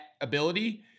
ability